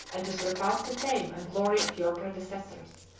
and to surpass the fame and glory of your predecessors.